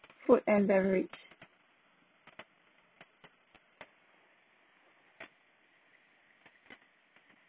food and beverage